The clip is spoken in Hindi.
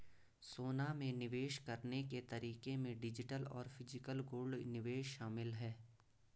सोना में निवेश करने के तरीके में डिजिटल और फिजिकल गोल्ड निवेश शामिल है